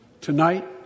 Tonight